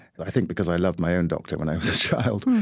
i think, because i loved my own doctor when i child.